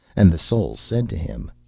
and the soul said to him,